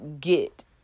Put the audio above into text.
get